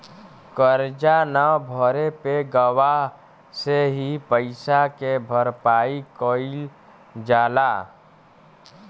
करजा न भरे पे गवाह से ही पइसा के भरपाई कईल जाला